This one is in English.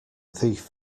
thief